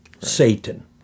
Satan